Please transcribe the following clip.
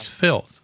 filth